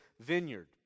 vineyard